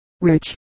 rich